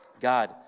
God